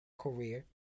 Career